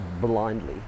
blindly